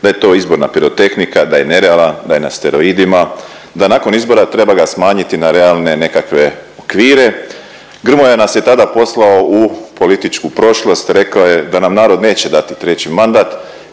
da je to izborna pirotehnika, da je nerealan, da je na steroidima, da nakon izbora treba ga smanjiti na realne nekakve okvire. Grmoja nas je tada poslao u političku prošlost rekao je da nam narod neće dati treći mandat